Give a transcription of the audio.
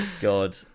God